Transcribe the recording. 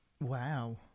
Wow